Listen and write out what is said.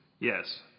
Yes